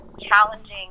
challenging